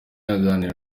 aganira